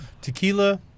Tequila